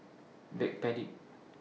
Backpedic